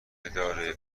اداره